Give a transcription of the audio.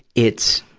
it's,